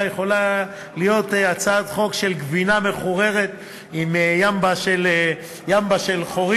יכולה להיות הצעת חוק של גבינה מחוררת עם ימבה של חורים,